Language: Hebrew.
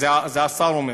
זה השר אומר,